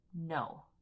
No